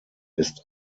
ist